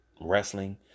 wrestling